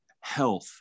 health